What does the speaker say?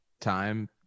time